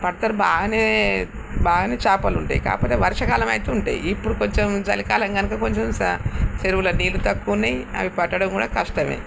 పడుతారు బాగానే బాగానే చేపలు ఉంటాయి కాకపోతే వర్షాకాలం అయితే ఉంటాయి ఇప్పుడు కొంచెం చలికాలం కనుక కొంచెం స చెరువులో నీళ్ళు తక్కువున్నాయి అవి పట్టడం కూడా కష్టమే